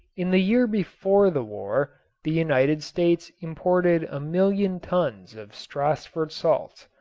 in the year before the war the united states imported a million tons of stassfurt salts,